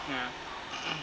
ya